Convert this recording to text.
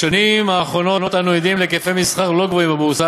בשנים האחרונות אנו עדים להיקפי מסחר לא גבוהים בבורסה,